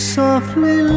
softly